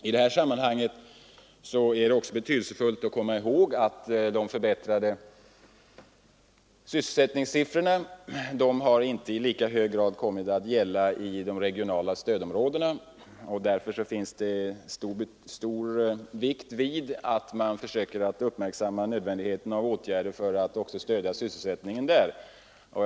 I det sammanhanget är det betydelsefullt att komma ihåg att de förbättrade sysselsättningssiffrorna inte i lika hög grad har kommit att gälla i de regionala stödområdena, och därför måste det läggas stor vikt vid att man uppmärksammar hur nödvändigt det är att vidta åtgärder för att stödja sysselsättningen även där.